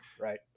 right